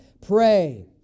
pray